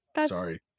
Sorry